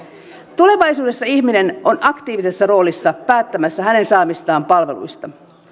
tulevaisuudessa ihminen on aktiivisessa roolissa päättämässä saamistaan palveluista